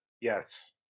Yes